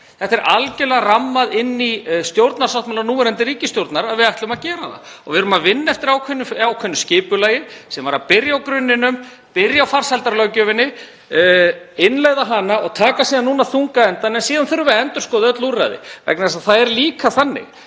Það er algerlega rammað inn í stjórnarsáttmála núverandi ríkisstjórnar að við ætlum að gera það. Við erum að vinna eftir ákveðnu skipulagi sem var að byrja á grunninum, byrja á farsældarlöggjöfinni og innleiða hana og taka síðan þunga endann. Síðan þurfum við að endurskoða öll úrræði vegna þess að það er líka þannig